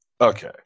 Okay